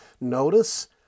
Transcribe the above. Notice